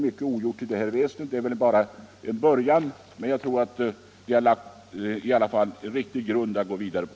Mycket är ogjort. Men vi har i alla fall lagt en riktig grund att gå vidare på.